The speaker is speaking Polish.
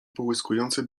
połyskujące